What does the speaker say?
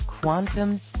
quantum